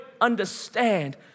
understand